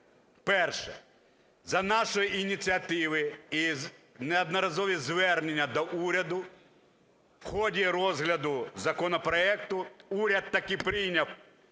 перше – за нашої ініціативи і неодноразові звернення до уряду, в ході розгляду законопроекту, уряд таки прийняв